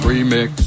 Remix